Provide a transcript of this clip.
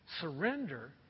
Surrender